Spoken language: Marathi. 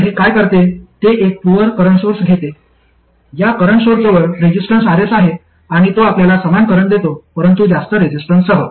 तर हे काय करते ते एक पुअर करंट सोर्स घेते या करंट सोर्स जवळ रेसिस्टन्स Rs आहे आणि तो आपल्याला समान करंट देतो परंतु जास्त रेसिस्टन्ससह